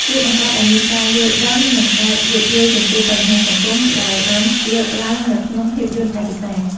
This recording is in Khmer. វាបង្កើតឱ្យមានការយល់ដឹង និងការយោគយល់ចំពោះបញ្ហាសង្គមដែលបានលើកឡើងនៅក្នុងភាពយន្តឯកសារ។